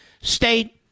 State